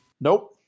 Nope